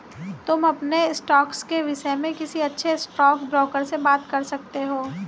तुम अपने स्टॉक्स के विष्य में किसी अच्छे स्टॉकब्रोकर से बात कर सकते हो